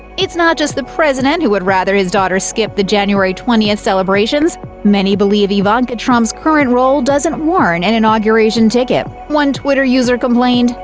it's not just the president who would rather his daughter skip the january twentieth celebrations many believe ivanka trump's current role doesn't warrant an and inauguration ticket. one twitter user complained,